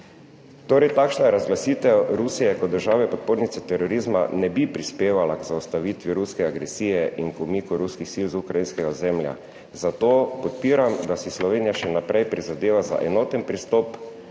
Torej, takšna razglasitev Rusije kot države podpornice terorizma ne bi prispevala k zaustavitvi ruske agresije in k umiku ruskih sil z ukrajinskega ozemlja. Zato podpiram, da si Slovenija še naprej prizadeva za enoten pristop,